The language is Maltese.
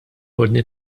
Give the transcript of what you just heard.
ordni